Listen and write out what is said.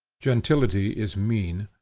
gentility is mean,